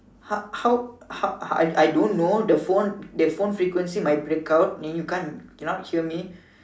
how how how I I don't know the phone the phone frequency might break out and then you cannot hear me